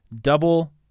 double